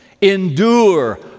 Endure